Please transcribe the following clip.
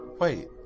Wait